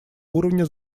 уровня